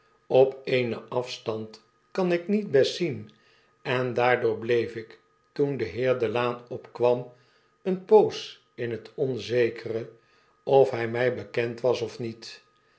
op eenen afstand kan ik niet best zien en daardoor bleef ik toen de heer de laan opkwam eene poos in het onzekere of hij mjj bekend was of niet